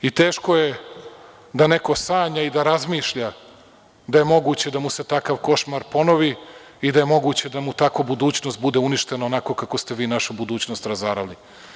I, teško je da neko sanja i razmišlja da je moguće da mu se takav košmar ponovi i da je moguće da mu tako budućnost bude uništena, onako kako ste vi našu budućnost razarali.